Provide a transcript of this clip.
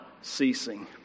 ceasing